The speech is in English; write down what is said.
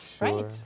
right